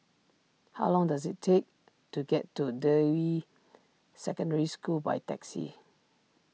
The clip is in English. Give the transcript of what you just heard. how long does it take to get to Deyi Secondary School by taxi